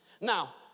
Now